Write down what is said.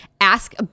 ask